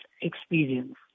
experience